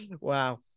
Wow